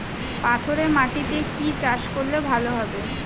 পাথরে মাটিতে কি চাষ করলে ভালো হবে?